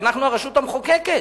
אנחנו הרשות המחוקקת.